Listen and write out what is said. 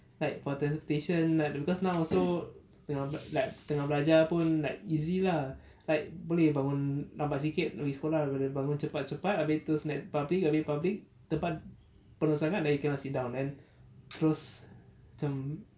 like for transportation because now also tengah l~ like belajar pun like easy lah like boleh bangun lambat sikit nak pergi sekolah dari bangun cepat-cepat abeh terus naik public abeh public tempat penuh sangat then you cannot sit down terus macam